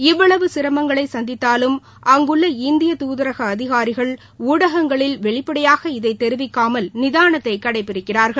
இவ்வளவு சிரமங்களை சந்தித்தாலும் அங்குள்ள இந்திய துதரக அதிகாரிகள் ஊடகங்களில் வெளிப்படையாக இதை தெரிவிக்காமல் நிதானத்தை கடைபிடிக்கிறார்கள்